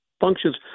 functions